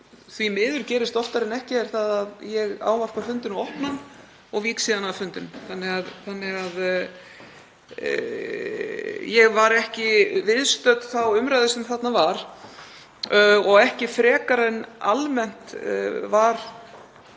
því miður gerist oftar en ekki, að ég ávarpa fundinn og opna hann og vík síðar af fundinum. Ég var því ekki viðstödd þá umræðu sem þarna var og ekki frekar en almennt var